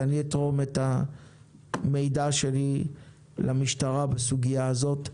ואני אתרום את המידע שלי למשטרה בסוגיה הזאת.